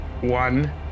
One